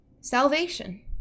salvation